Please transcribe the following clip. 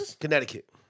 Connecticut